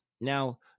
Now